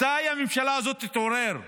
מתי הממשלה הזאת תתעורר ותבין,